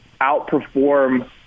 outperform